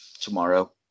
tomorrow